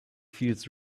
feels